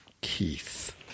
Keith